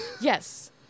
Yes